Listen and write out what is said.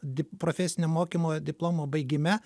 dip profesinio mokymo diplomo baigime